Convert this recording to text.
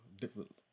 different